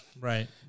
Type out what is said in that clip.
Right